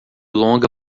longa